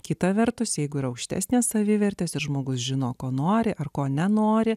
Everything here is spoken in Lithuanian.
kita vertus jeigu yra aukštesnės savivertės ir žmogus žino ko nori ar ko nenori